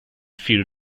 fear